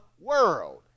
world